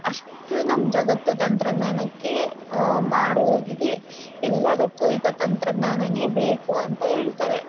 ಅಷ್ಟು ನಮ್ಮ ಜಗತ್ತು ತಂತ್ರಜ್ಞಾನಕ್ಕೆ ಮಾರು ಹೋಗಿದೆ ಎಲ್ಲದಕ್ಕೂ ಈಗ ತಂತ್ರಜ್ಞಾನನೇ ಬೇಕು ಅಂತ ಹೇಳ್ತಾರೆ